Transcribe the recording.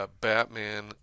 Batman